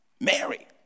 Mary